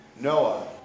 Noah